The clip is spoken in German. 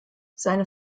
seine